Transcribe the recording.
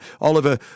Oliver